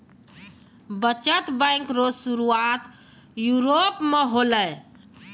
बचत बैंक रो सुरुआत यूरोप मे होलै